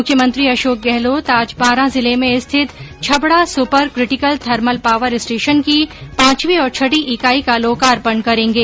मुख्यमंत्री अशोक गहलोत आज बारां जिले में स्थित Chhabra super critical thermal power station की पांचवीं और छठी इकाई का लोकार्पण करेंगे